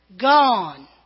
gone